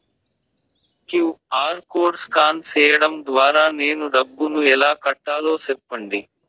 QR code scan సేయడం ద్వారా నేను డబ్బును ఎలా కట్టాలో సెప్పండి?